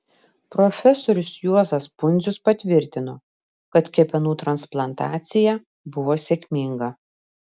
profesorius juozas pundzius patvirtino kad kepenų transplantacija buvo sėkminga